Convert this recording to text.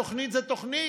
תוכנית זו תוכנית.